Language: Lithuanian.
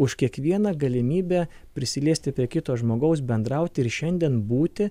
už kiekvieną galimybę prisiliesti prie kito žmogaus bendrauti ir šiandien būti